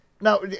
Now